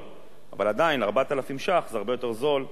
אבל עדיין 4,000 שקלים זה הרבה יותר זול מ-6,500,